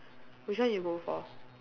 which one you go for